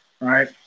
right